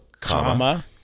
comma